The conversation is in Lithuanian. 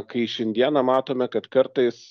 kai šiandieną matome kad kartais